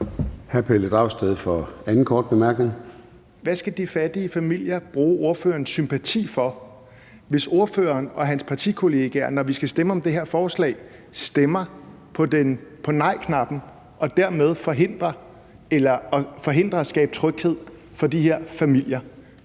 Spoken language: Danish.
Hvad skal de fattige familier bruge ordførerens sympati til, hvis ordføreren og hans partikolleger, når vi skal stemme om det her forslag, trykker på nejknappen og dermed forhindrer at skabe tryghed for de her familier?